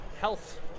health